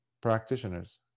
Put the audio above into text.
Practitioners